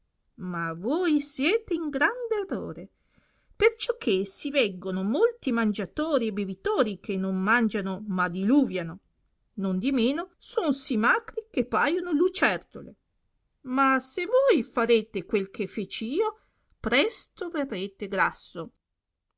ma voi siete in grande errore perciò che si veggono molti mangiatori e bevitori che non mangiano ma diluviano nondimeno son sì macri che paiono lucertole ma se voi farete quel che feci io presto verrete grasso